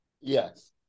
Yes